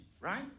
right